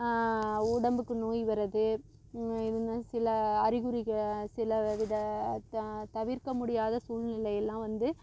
உடம்புக்கு நோய் வர்றது இதுனா சில அறிகுறிகளை சில வித தான் தவிர்க்க முடியாத சூழ்நிலையிலாம் வந்து